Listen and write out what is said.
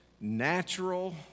natural